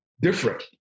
different